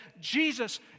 Jesus